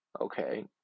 Okay